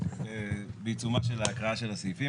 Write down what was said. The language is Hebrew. נמצאים בעיצומה של ההקראה של הסעיפים.